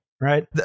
Right